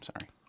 Sorry